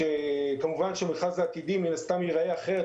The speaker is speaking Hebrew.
כמובן שהמכרז העתידי מן הסתם ייראה אחרת,